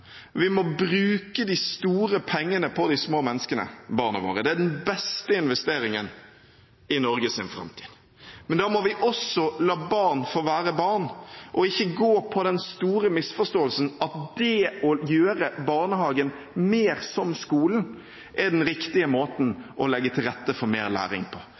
Vi må bruke de store pengene på de små menneskene – barna våre. Det er den beste investeringen i Norges framtid. Men da må vi også la barn få være barn, og ikke gå på den store misforståelsen at det å gjøre barnehagen mer som skolen er den riktige måten å legge til rette for mer læring på.